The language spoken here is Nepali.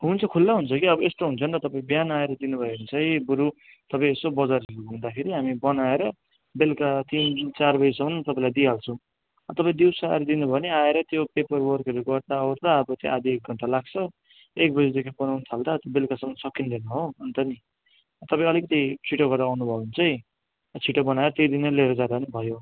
हुन्छ खुल्ला हुन्छ कि अब यस्तो हुन्छ नि तपाईँ बिहान आएर दिनुभयो भने चाहिँ बरू तपाईँ यसो बजार घुम्दाखेरि हामी बनाएर बेलुका तिन चार बजीसम्म तपाईँलाई दिइहाल्छौँ तपाईँ दिउँसो आएर दिनुभयो भने आएर त्यो पेपर वर्कहरू गर्दावर्दा अब त्यहाँ आधा एक घन्टा लाग्छ एक बजीदेखि बनाउनु थाल्दा बेलुकासम्म सकिँदैन हो अन्त नि तपाईँ अलिकति छिटो गरेर आउनुभयो भने चाहिँ छिटो बनाएर त्यही दिनै लिएर जाँदा पनि भयो